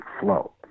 flow